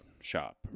shop